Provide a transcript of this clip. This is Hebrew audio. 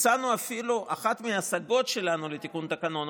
אחת מההשגות שלנו לתיקון התקנון,